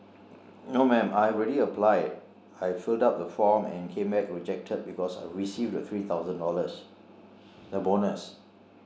no mam I've already applied I filled up the form and came back rejected because I received the three thousand dollars the bonus